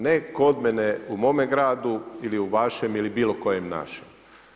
Ne kod mene u mome gradu ili u vašem ili bilo kojem našem.